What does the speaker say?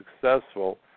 successful